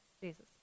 Jesus